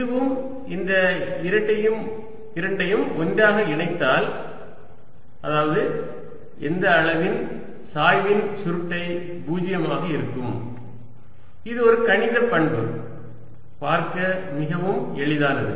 இதுவும் இந்த இரண்டையும் ஒன்றாக இணைத்தால் அதாவது எந்த அளவின் சாய்வின் சுருட்டை 0 ஆக இருக்கும் இது ஒரு கணித பண்பு பார்க்க மிகவும் எளிதானது